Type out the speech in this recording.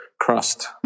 crust